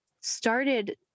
started